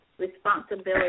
responsibility